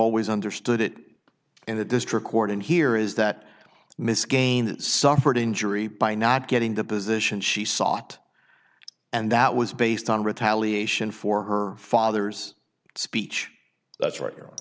always understood it in the district court and here is that miss game suffered injury by not getting the position she sought and that was based on retaliation for her father's speech that's right you're